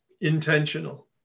Intentional